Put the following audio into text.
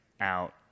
out